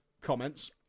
comments